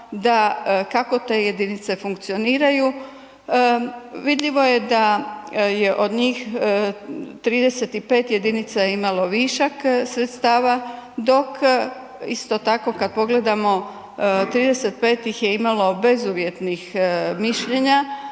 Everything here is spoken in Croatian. kako te jedinice funkcioniraju. Vidljivo je da je od njih 35 jedinica imalo višak sredstava, dok isto tako kad pogledamo 35 ih je imalo bezuvjetnih mišljenja